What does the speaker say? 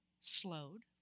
slowed